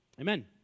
Amen